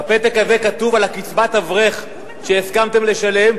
בפתק הזה כתוב על קצבת האברך שהסכמתם לשלם,